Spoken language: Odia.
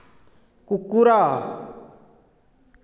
କୁକୁର